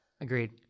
Agreed